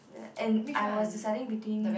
and I was deciding between